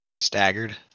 staggered